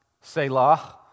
Selah